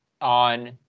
on